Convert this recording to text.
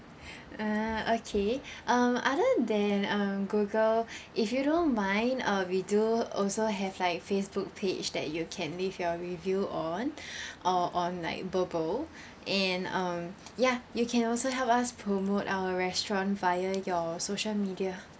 ah okay um other than um Google if you don't mind uh we do also have like Facebook page that you can leave your review on or on like Burple and um ya you can also help us promote our restaurant via your social media